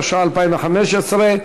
התשע"ה 2015,